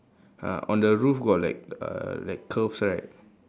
uh on the roof got like err like curves right